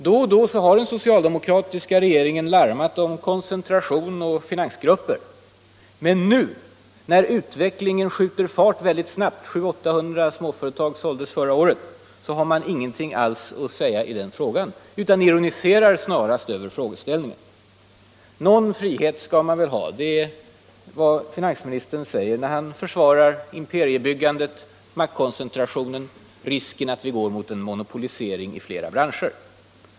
Då och då har den socialdemokratiska regeringen larmat om koncentration och finansgrupper. Men nu, när utvecklingen skjuter fart mycket snabbt — 700-800 småföretag såldes förra året — har man ingenting alls att säga i saken. Nu ironiserar man snarast över frågeställningen. Någon frihet skall man väl ha — det är vad finansministern säger när han försvarar imperiebyggandet, maktkoncentrationen och risken för att vi går i riktning mot en monopolisering inom flera branscher.